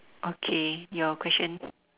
okay your question